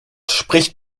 spricht